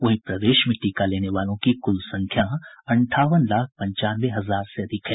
वहीं प्रदेश में टीका लेने वालों की क़्ल संख्या अंठावन लाख पंचानवे हजार से अधिक है